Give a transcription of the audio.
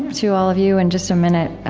to all of you in just a minute.